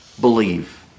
believe